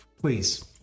Please